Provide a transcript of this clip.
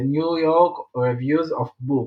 The New York Review of Books,